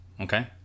Okay